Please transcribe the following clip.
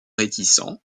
réticent